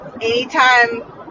Anytime